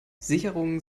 sicherungen